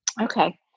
Okay